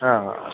ആ